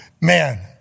man